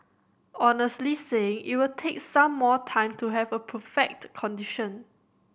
honestly saying it will take some more time to have a perfect condition